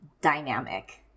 dynamic